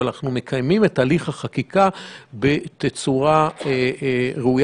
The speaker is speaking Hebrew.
אבל אנחנו מקיימים את הליך החקיקה בתצורה ראויה,